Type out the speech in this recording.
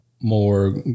more